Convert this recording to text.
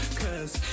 cause